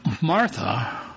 Martha